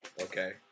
Okay